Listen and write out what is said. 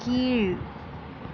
கீழ்